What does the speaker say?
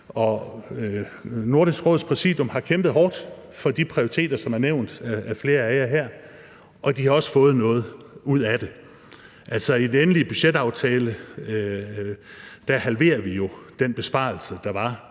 Nordisk Råds præsidium har kæmpet hårdt for de prioriteter, som er nævnt af flere af jer her, og de har også fået noget ud af det. I den endelige budgetaftale halverer vi jo den besparelse, der var